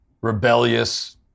rebellious